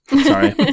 sorry